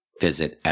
Visit